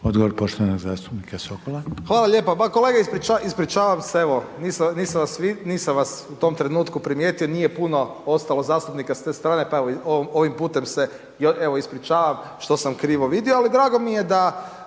Odgovor poštovanog zastupnika Sokola. **Sokol, Tomislav (HDZ)** Hvala lijepa. Pa kolega, ispričavam se, evo, nisam vas u tom trenutku primijetio, nije puno ostalo zastupnika s te strane, pa evo, ovim putem se evo, ispričavam što sam krivo vidio, ali drago mi je da,